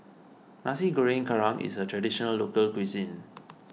Nasi Goreng Kerang is a Traditional Local Cuisine